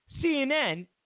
CNN